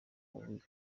bubiko